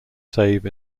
save